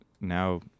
now